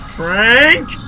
Frank